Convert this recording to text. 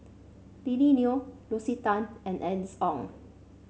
Lily Neo Lucy Tan and Alice Ong